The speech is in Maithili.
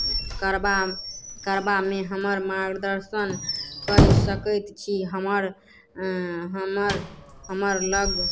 करबा करबामे हमर मार्गदर्शन कै सकैत छी हमर हमर लग